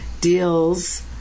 deals